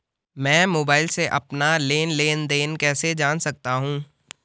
मैं मोबाइल से अपना लेन लेन देन कैसे जान सकता हूँ?